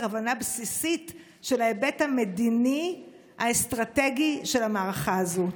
הבנה בסיסית של ההיבט המדיני האסטרטגי של המערכה הזאת?